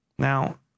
Now